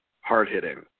Hard-hitting